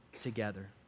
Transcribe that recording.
together